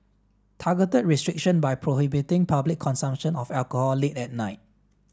targeted restriction by prohibiting public consumption of alcohol late at night